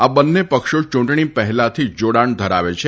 આ બંને પક્ષો યૂંટણી પહેલાથી જ જોડાણ ધરાવે છે